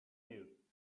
you